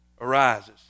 arises